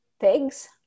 pigs